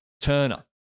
Turner